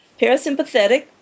parasympathetic